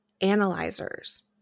analyzers